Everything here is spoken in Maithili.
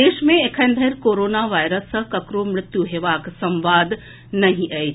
देश मे एखन धरि कोरोना वायरस सँ ककरो मृत्यु हेबाक संवाद नहिं अछि